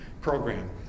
program